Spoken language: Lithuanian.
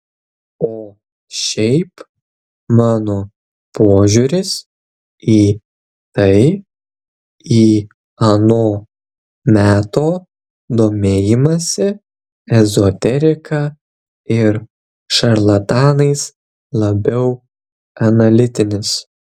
o šiaip mano požiūris į tai į ano meto domėjimąsi ezoterika ir šarlatanais labiau analitinis